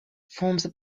forms